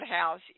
house